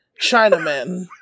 Chinaman